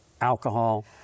alcohol